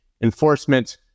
enforcement